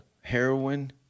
Heroin